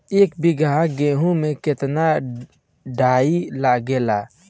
एक बीगहा गेहूं में केतना डाई लागेला?